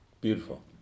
Beautiful